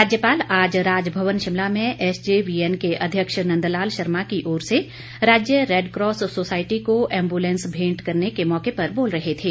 राज्यपाल आज राजभवन शिमला में एसजेवीएन के अध्यक्ष नंद लाल शर्मा की ओर से राज्य रेड़क्रॉस सोसाईटी को एम्बूलेंस भेंट करने के मौके पर बोल रहे थे